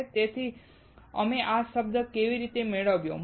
તેથી અમે આ શબ્દ કેવી રીતે મેળવ્યો